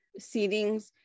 seatings